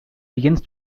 begins